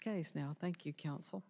case now thank you counsel